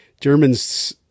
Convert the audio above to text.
Germans